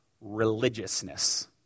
religiousness